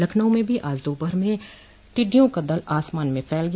लखनऊ में भी आज दोपहर में टिड़डियों का दल आसमान में फैल गया